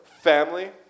family